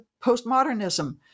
postmodernism